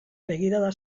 begirada